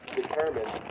determined